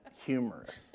humorous